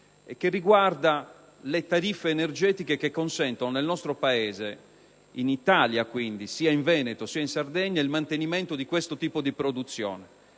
2006 riguardante le tariffe energetiche che consentono nel nostro Paese, sia in Veneto che in Sardegna, il mantenimento di questo tipo di produzione;